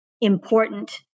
important